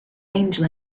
angel